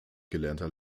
gelernter